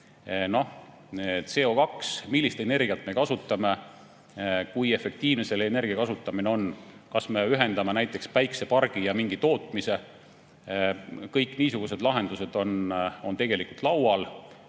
Või CO2, millist energiat me kasutame, kui efektiivne selle energia kasutamine on, kas me ühendame näiteks päikesepargi ja mingi tootmise. Kõik niisugused lahendused on tegelikult laual.